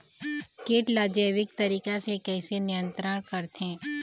कीट ला जैविक तरीका से कैसे नियंत्रण करथे?